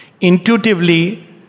Intuitively